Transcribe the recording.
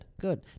good